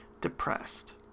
depressed